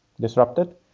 disrupted